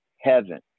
heaven